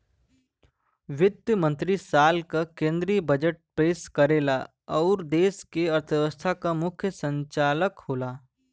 वित्त मंत्री साल क केंद्रीय बजट पेश करेला आउर देश क अर्थव्यवस्था क मुख्य संचालक होला